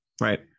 right